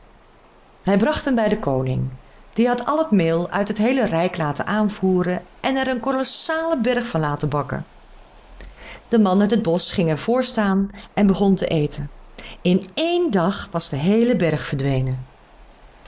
hij bracht hem bij den koning die had al het meel uit het heele rijk laten aanvoeren en er een kolossalen berg van laten bakken de man uit het bosch ging er vr staan en begon te eten in één dag was de heele berg verdwenen